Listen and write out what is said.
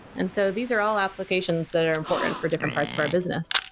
and so these are all applications that are important for different parts of our business,